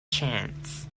chants